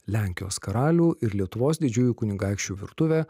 lenkijos karalių ir lietuvos didžiųjų kunigaikščių virtuvė